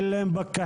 אין להן פקחים,